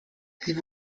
sie